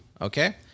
okay